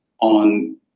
on